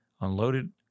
unloaded